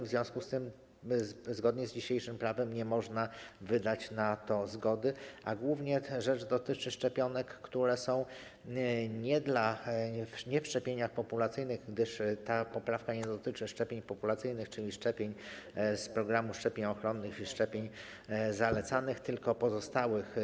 W związku z tym zgodnie z dzisiejszym prawem nie można wydać na to zgody, a rzecz dotyczy głównie szczepionek, nie w odniesieniu do szczepień populacyjnych, gdyż ta poprawka nie dotyczy szczepień populacyjnych, czyli szczepień z programu szczepień ochronnych i szczepień zalecanych, tylko pozostałych.